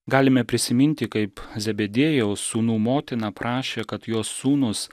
galime prisiminti kaip zebediejaus sūnų motina prašė kad jos sūnūs